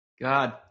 God